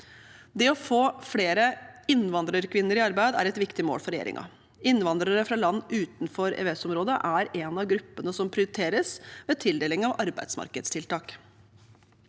Å få flere innvandrerkvinner i arbeid er et viktig mål for regjeringen. Innvandrere fra land utenfor EØS-området er en av gruppene som prioriteres ved tildeling av arbeidsmarkedstiltak.